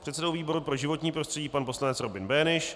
předsedou výboru pro životní prostředí pan poslanec Robin Böhnisch,